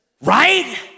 Right